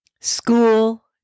School